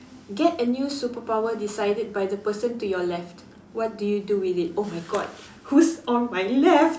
get a new superpower decided by the person to your left what do you do with it oh my god whose on my left